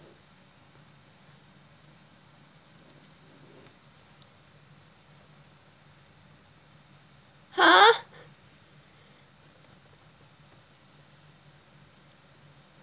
!huh!